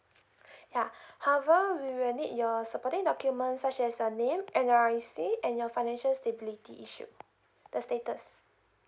yeah however we will need your supporting documents such as a name N_R_I_C and your financial stability issued the status